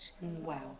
Wow